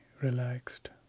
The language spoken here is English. relaxed